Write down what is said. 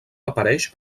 apareix